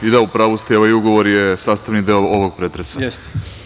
U pravu ste, i ovaj ugovor je sastavni deo ovog pretresa.